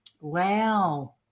wow